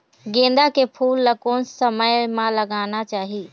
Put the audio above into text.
गेंदा के फूल ला कोन समय मा लगाना चाही?